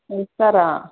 ನಮಸ್ಕಾರ